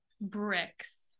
bricks